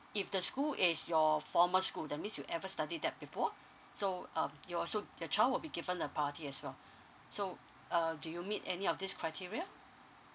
if the school is your former school that means you ever study that before so um you're so your child will be given a priority as well so uh do you meet any of this criteria